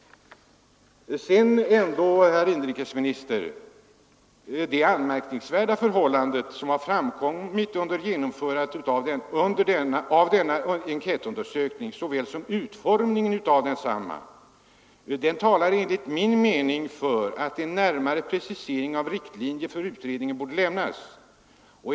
Det gäller tydligen en politisk kartläggning av arbetarna. De anmärkningsvärda förhållanden som framkommit under genomförandet av denna enkät såväl som utformningen av densamma talar enligt min mening för att en närmare precisering av riktlinjerna för utredningen borde lämnas.